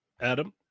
Adam